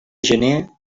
gener